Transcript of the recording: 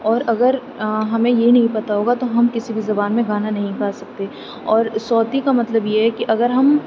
اور اگر ہمیں یہ نہیں پتہ ہوگا تو ہم کسی بھی زبان میں گانا نہیں گا سکتے اور صوتی کا مطلب یہ ہے کہ اگر ہم